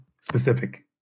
specific